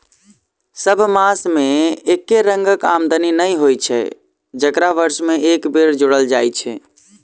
सभ मास मे एके रंगक आमदनी नै होइत छै जकरा वर्ष मे एक बेर जोड़ल जाइत छै